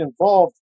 involved